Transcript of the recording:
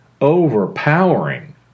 overpowering